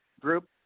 group